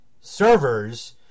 Servers